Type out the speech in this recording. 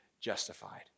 justified